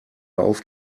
auf